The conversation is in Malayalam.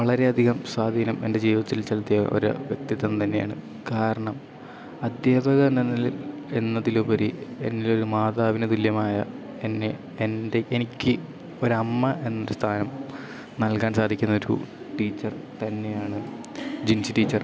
വളരെയധികം സ്വാധീനം എൻ്റെ ജീവിതത്തിൽ ചെലുത്തിയ ഒരു വ്യക്തിത്വം തന്നെയാണ് കാരണം അദ്ധ്യാപകൻ എന്നതിൽ എന്നതിലുപരി എന്നിലൊരു മാതാവിനു തുല്യമായി എന്നെ എൻ്റെ എനിക്ക് ഒരമ്മ എന്നൊരു സ്ഥാനം നൽകാൻ സാധിക്കുന്നൊരു ടീച്ചർ തന്നെയാണ് ജിൻസി ടീച്ചർ